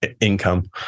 income